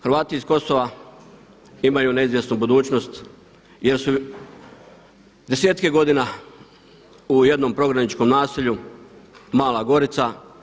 Hrvati iz Kosova imaju neizvjesnu budućnost jer su desetke godina u jednom prognaničkom naselju Mala Gorica.